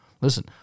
Listen